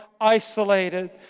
isolated